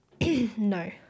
no